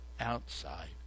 outside